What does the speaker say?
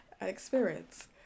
experience